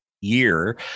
year